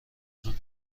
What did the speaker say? زود